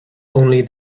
only